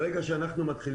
ברגע שמתחיל